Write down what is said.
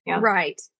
Right